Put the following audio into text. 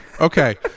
Okay